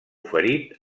ferit